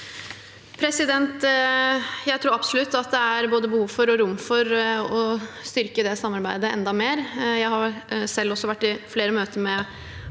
Jeg tror absolutt at det er både behov for og rom for å styrke det samarbeidet enda mer. Jeg har også selv vært i flere møter med